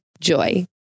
Joy